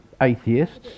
atheists